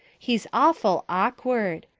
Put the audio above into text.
he's awful okward.